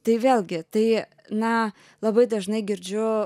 tai vėlgi tai na labai dažnai girdžiu